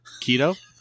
Keto